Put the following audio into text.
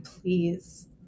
please